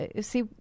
see